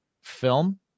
film